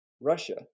Russia